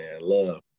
Love